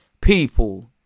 People